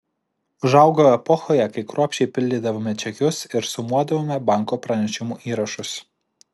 užaugau epochoje kai kruopščiai pildydavome čekius ir sumuodavome banko pranešimų įrašus